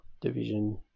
division